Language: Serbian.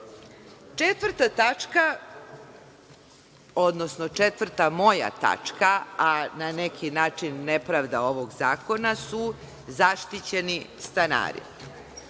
završen? Četvrta tačka, odnosno moja četvrta tačka, a na neki način nepravda ovog zakona su zaštićeni stanari.